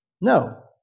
No